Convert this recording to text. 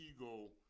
ego